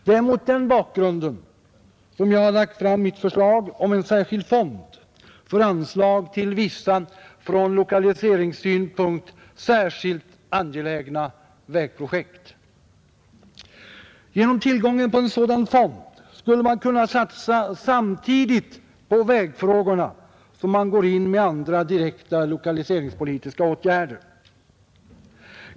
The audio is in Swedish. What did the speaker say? Det är mot denna bakgrund som jag har lagt fram mitt förslag om en särskild fond för anslag till vissa ur lokaliseringssynpunkt särskilt angelägna vägprojekt. Genom tillgång till en särskild fond skulle man kunna satsa på vägfrågorna samtidigt som man går in med andra lokaliseringspolitiska åtgärder.